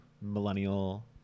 millennial